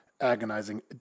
agonizing